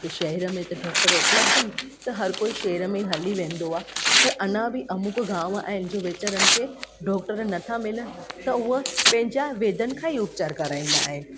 शहर में त डॉक्टर उपलब्ध आहिनि त हरि कोई शहर में ई हली वेंदो आहे त अञा बि अमुक गांव आहिनि की वेचारनि खे डॉक्टर नथा मिलनि उहो पंहिंजा वैधनि खां ई उपचारु कराईंदा आहिनि